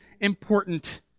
important